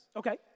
okay